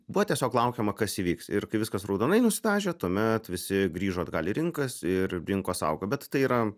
buvo tiesiog laukiama kas įvyks ir kai viskas raudonai nusidažė tuomet visi grįžo atgal į rinkas ir rinkos augo bet tai yra